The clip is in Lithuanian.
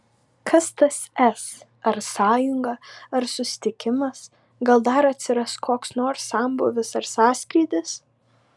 kas tas s ar sąjunga ar susitikimas gal dar atsiras koks nors sambūvis ar sąskrydis